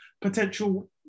potential